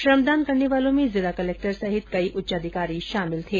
श्रमदान करने वालों में जिला कलेक्टर सहित कई उच्चाधिकारी शामिल थे